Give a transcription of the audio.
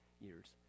years